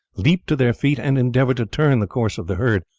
leaped to their feet and endeavoured to turn the course of the herd,